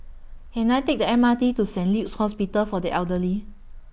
Can I Take The M R T to Saint Luke's Hospital For The Elderly